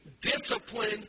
discipline